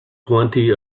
plenty